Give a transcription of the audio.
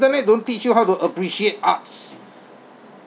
internet don't teach you how to appreciate arts